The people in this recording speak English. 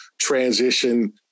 transition